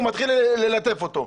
הוא מתחיל ללטף אותו.